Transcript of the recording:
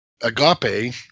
Agape